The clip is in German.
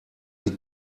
die